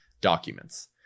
documents